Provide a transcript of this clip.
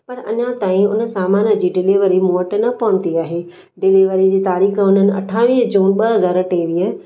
पर अञा ताईं उन समान जी डिलीवरी मूं वटि न पहुती आहे डिलीवरी जी तारीख़ उननि अठावीह जून ॿ हज़ार टेवीह